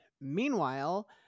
Meanwhile